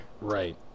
Right